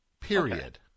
period